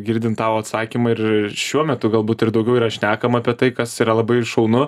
girdint tavo atsakymą ir šiuo metu galbūt ir daugiau yra šnekama apie tai kas yra labai šaunu